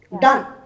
done